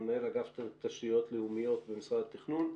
מנהל אגף תשתיות לאומיות במשרד התכנון.